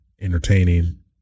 entertaining